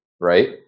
right